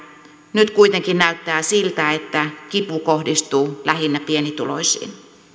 nyt kuitenkin näyttää siltä että kipu kohdistuu lähinnä pienituloisiin